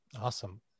Awesome